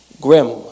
Grim